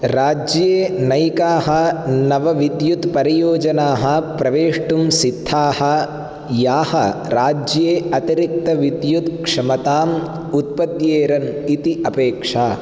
राज्ये नैकाः नवविद्युत्परियोजनाः प्रवेष्टुं सिद्धाः याः राज्ये अतिरिक्तविद्युत्क्षमताम् उत्पद्येरन् इति अपेक्षा